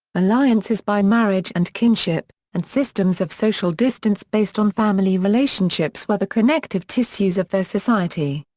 alliances by marriage and kinship, and systems of social distance based on family relationships were the connective tissues of their society.